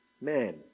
man